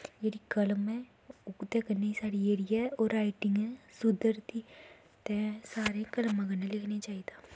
जेह्ड़ी कलम ऐं ओह्दै कन्नै गै साढ़ी राईटिंग सुधरदी ते सारें कलमां कन्नै लिखना चाही दा